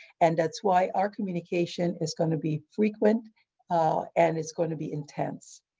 and that's why our communication is going to be frequent and it's going to be intense.